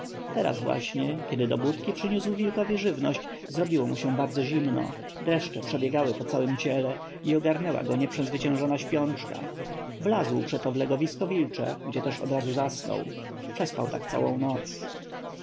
teraz właśnie kiedy do budki przyniósł wilkowi żywność zrobiło mu się bardzo zimno dreszcze przebiegały po całem ciele i ogarnęła go nieprzezwyciężona śpiączka wlazł przeto w legowisko wilcze gdzie też odrazu zasnął przespał tak noc